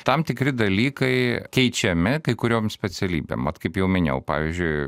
tam tikri dalykai keičiami kai kuriom specialybėm vat kaip jau minėjau pavyzdžiui